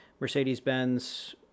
Mercedes-Benz